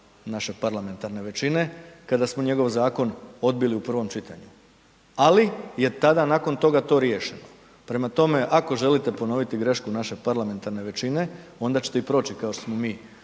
naše parlamentarne većine kada smo njegov zakon odbili u prvom čitanju ali je tada nakon toga to riješeno. Prema tome, ako želite ponoviti grešku naše parlamentarne većine, onda ćete i proći kao što smo